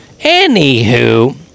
Anywho